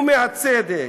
/ ומהצדק,